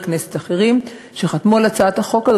כנסת אחרים שחתמו על הצעת החוק הזאת,